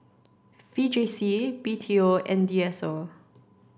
V J C B T O and D S O